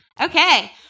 Okay